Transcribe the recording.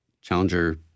Challenger